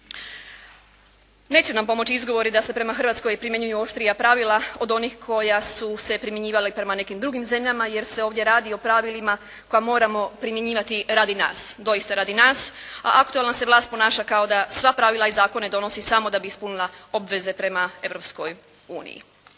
Neće nam pomoći izgovori da se prema Hrvatskoj primjenjuju oštrija pravila od onih koja su se primjenjivala i prema nekim drugim zemljama jer se ovdje radi o pravilima, pa moramo primjenjivati radi nas, doista radi nas, a aktualna se vlast ponaša kao da sva pravila i zakone donosi samo da bi ispunila obveze prema